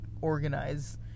organize